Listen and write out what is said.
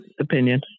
opinion